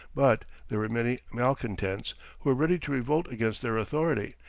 but there were many malcontents who were ready to revolt against their authority,